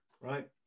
right